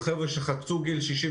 אנשים שעברו את גיל 65,